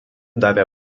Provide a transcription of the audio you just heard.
davė